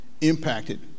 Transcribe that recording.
impacted